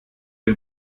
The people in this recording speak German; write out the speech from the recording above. den